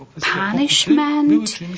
punishment